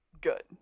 good